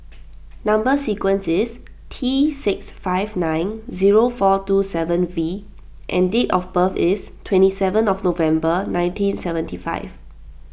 Number Sequence is T six five nine zero four two seven V and date of birth is twenty seven of November nineteen seventy five